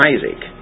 Isaac